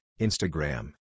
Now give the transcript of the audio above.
Instagram